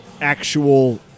actual